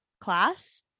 class